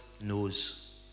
knows